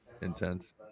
intense